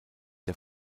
der